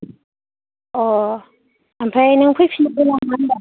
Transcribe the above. अ' आमफ्राय नों फैफिनगोन नामा होनदों